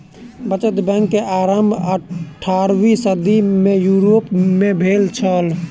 बचत बैंक के आरम्भ अट्ठारवीं सदी में यूरोप में भेल छल